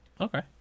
Okay